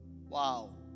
Wow